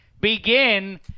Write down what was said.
begin